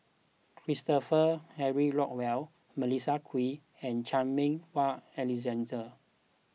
Christopher Henry Rothwell Melissa Kwee and Chan Meng Wah Alexander